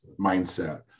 mindset